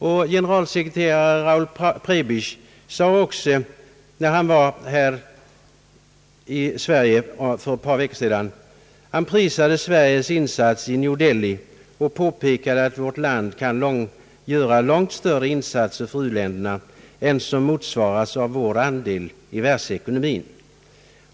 När generalsekreterare Raul Prebisch för ett par veckor sedan besökte Sverige prisade han också Sveriges insats i New Delhi och påpekade att vårt land kan göra långt större insatser för u-länderna än som motsvaras av vår andel i världsekonomin.